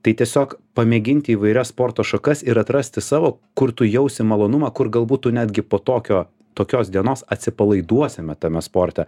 tai tiesiog pamėginti įvairias sporto šakas ir atrasti savo kur tu jausi malonumą kur galbūt tu netgi po tokio tokios dienos atsipalaiduosime tame sporte